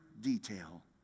detail